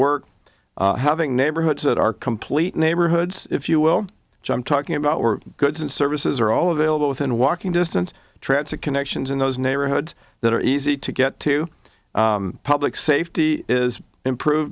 work having neighborhoods that are complete neighborhoods if you will jump talking about we're goods and services are all of the within walking distance threats of connections in those neighborhoods that are easy to get to public safety is improve